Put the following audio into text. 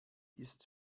ist